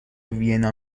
وینا